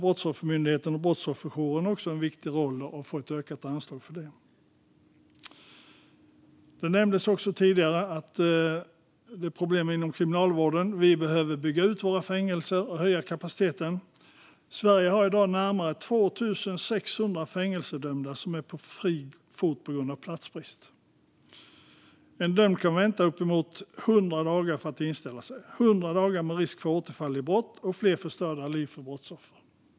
Brottsoffermyndigheten och Brottsofferjouren har där en viktig roll och har fått ökade anslag för det. Det nämndes även tidigare att det finns problem inom Kriminalvården. Vi behöver bygga ut våra fängelser och höja kapaciteten. Sverige har i dag närmare 2 600 fängelsedömda som är på fri fot på grund av platsbrist. En dömd kan vänta uppemot 100 dagar på inställelse - 100 dagar med risk för återfall i brott och fler förstörda liv för brottsoffer.